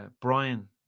Brian